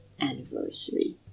anniversary